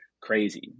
crazy